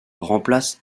remplace